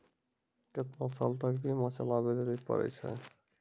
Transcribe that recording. केतना साल तक बीमा चलाबै लेली पड़ै छै?